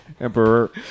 Emperor